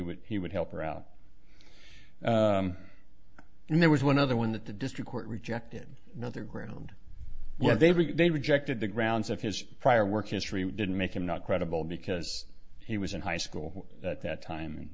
would he would help her out and there was one other one that the district court rejected the other ground where they were they rejected the grounds of his prior work history didn't make him not credible because he was in high school at that time